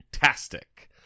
Fantastic